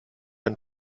ein